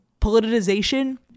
politicization